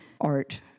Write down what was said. art